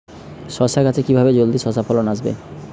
শশা গাছে কিভাবে জলদি শশা ফলন আসবে?